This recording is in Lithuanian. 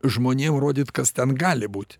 žmonėm rodyt kas ten gali būti